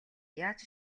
яаж